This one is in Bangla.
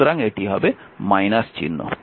সুতরাং এটি হবে চিহ্ন